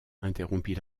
interrompit